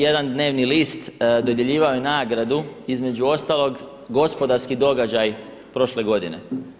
Jedan dnevni list dodjeljivao je nagradu između ostalog gospodarski događaj prošle godine.